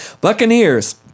Buccaneers